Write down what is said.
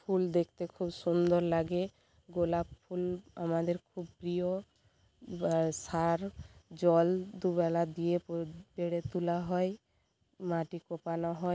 ফুল দেখতে খুব সুন্দর লাগে গোলাপ ফুল আমাদের খুব প্রিয় সার জল দুবেলা দিয়ে বেড়ে তোলা হয় মাটি কোপানো হয়